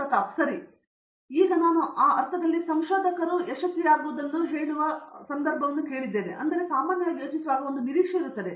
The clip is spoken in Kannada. ಪ್ರತಾಪ್ ಹರಿಡೋಸ್ ಈಗ ನಾನು ಆ ಅರ್ಥದಲ್ಲಿ ಸಂಶೋಧಕರಂತೆ ಯಶಸ್ವಿಯಾಗಿರುವುದನ್ನು ಹೇಳುವ ಸಂದರ್ಭದಲ್ಲಿ ಹೀಗೆ ಅರ್ಥ ನಾನು ಸಾಮಾನ್ಯವಾಗಿ ಯೋಚಿಸುವಾಗ ಯಾವಾಗಲೂ ನಿರೀಕ್ಷೆ ಇದೆ